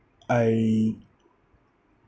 I